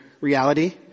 reality